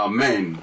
Amen